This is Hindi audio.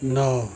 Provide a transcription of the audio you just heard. नौ